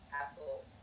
Apple